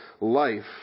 life